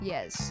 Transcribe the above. Yes